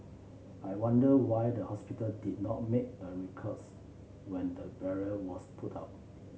I wonder why the hospital did not make a ruckus when the barrier was put up